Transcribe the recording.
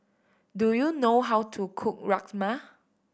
do you know how to cook Rajma